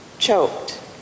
Choked